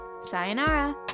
Sayonara